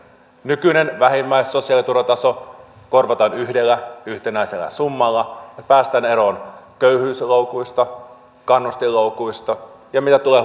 nykyinen vähimmäissosiaaliturvataso korvataan yhdellä yhtenäisellä summalla ja päästään eroon köyhyysloukuista kannustinloukuista ja mitä tulee